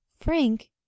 frank